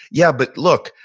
yeah. but look,